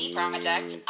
project